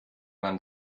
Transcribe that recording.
man